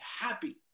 happy